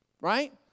right